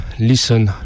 Listen